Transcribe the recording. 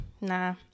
Nah